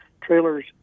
trailers